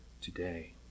today